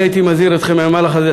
אני הייתי מזהיר אתכם מהמהלך הזה,